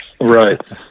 Right